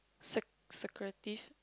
sec~ secretive